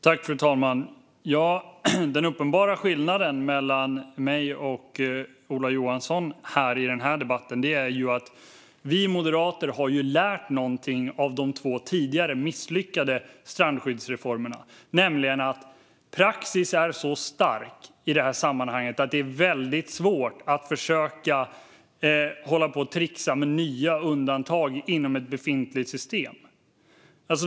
Fru talman! Den uppenbara skillnaden mellan mig och Ola Johansson i den här debatten är att vi moderater har lärt någonting av de två tidigare misslyckade strandskyddsreformerna, nämligen att praxis är så stark i sammanhanget att det är väldigt svårt att försöka hålla på och trixa med nya undantag inom ett befintligt system.